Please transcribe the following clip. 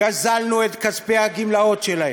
גזלנו את כספי הגמלאות שלהם.